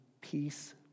peace